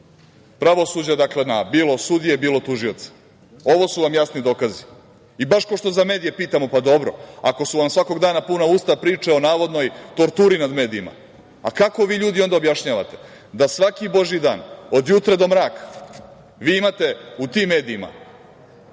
pravosuđa, bilo sudije, bilo tužioce. Ovo su vam jasni dokazi. Baš kao i što za medije pitamo – dobro, ako su vam svakog dana puna usta priče o navodnoj torturi nad medijima, a kako vi onda ljudi objašnjavate da svaki božiji dan, od jutra do mraka, vi imate u tim medijima